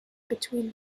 between